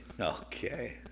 Okay